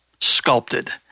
sculpted